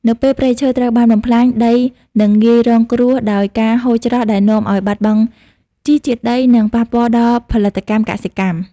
នៅពេលព្រៃឈើត្រូវបានបំផ្លាញ ដីនឹងងាយរងគ្រោះដោយការហូរច្រោះ ដែលនាំឱ្យបាត់បង់ជីជាតិដី និងប៉ះពាល់ដល់ផលិតកម្មកសិកម្ម។